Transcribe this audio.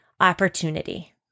Opportunity